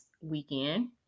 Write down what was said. weekend